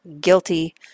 guilty